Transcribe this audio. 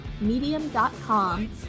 medium.com